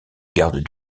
gardes